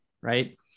Right